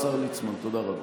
השר ליצמן, תודה רבה.